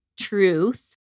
truth